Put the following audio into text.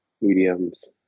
mediums